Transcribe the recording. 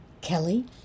Kelly